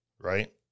Right